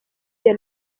the